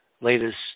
latest